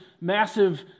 massive